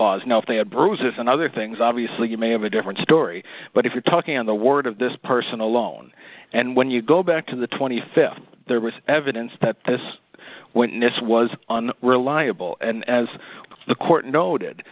cause now if they had bruises and other things obviously you may have a different story but if you're talking on the word of this person alone and when you go back to the th there was evidence that this went this was on reliable and as the court noted